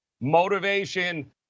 motivation